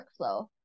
workflow